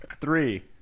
Three